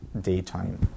daytime